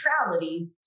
neutrality